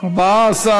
סעיפים 1 2 נתקבלו.